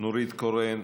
נורית קורן,